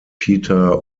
peter